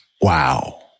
Wow